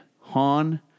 Han